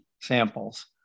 samples